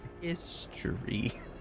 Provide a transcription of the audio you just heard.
history